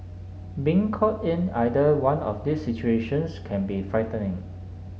being caught in either one of these situations can be frightening